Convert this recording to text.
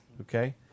Okay